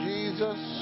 Jesus